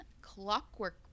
Clockwork